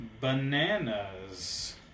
bananas